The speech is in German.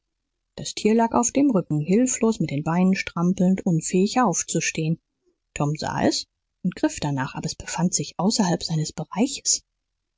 das tier lag auf dem rücken hilflos mit den beinen strampelnd unfähig aufzustehen tom sah es und griff danach aber es befand sich außerhalb seines bereiches